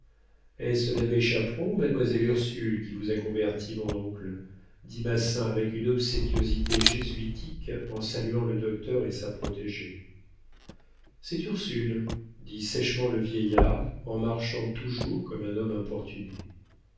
est-ce l'abbé chaperon ou mademoiselle ursule qui vous a converti mon oncle dit massin avec une obséquiosité jésuitique en saluant le docteur et sa protégée c'est ursule dit sèchement le vieillard en marchant toujours comme un homme importuné